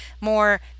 more